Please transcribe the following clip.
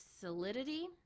solidity